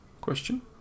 Question